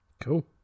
Cool